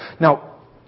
Now